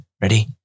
Ready